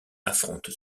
affronte